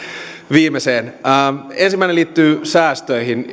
viimeiseen ensimmäinen liittyy säästöihin